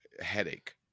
headache